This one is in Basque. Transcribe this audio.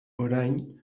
orain